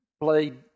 played